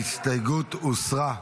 ההסתייגות הוסרה.